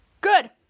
good